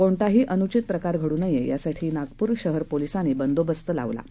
कोणताही अनुचित प्रकार घडू नये यासाठी नागपूर शहर पोलिसांनी बंदोबस्त लावला आहे